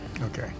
Okay